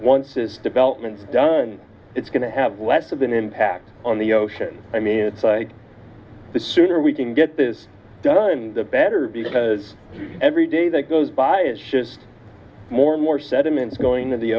once this development done it's going to have less of an impact on the ocean i mean the sooner we can get this done the better because every day that goes by is just more and more sediments going in the